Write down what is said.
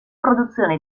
produzione